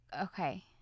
Okay